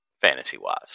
Fantasy-wise